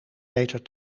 meter